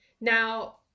now